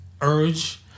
urge